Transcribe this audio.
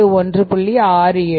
67